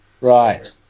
Right